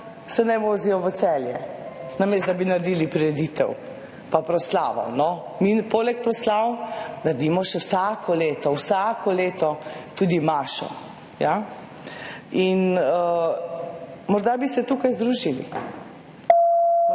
se vozijo v Celje, namesto da bi naredili prireditev pa proslavo. Mi poleg proslav naredimo še vsako leto, vsako leto tudi mašo. Morda bi se tukaj združili,